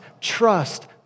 trust